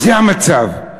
זה המצב.